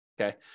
okay